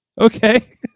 Okay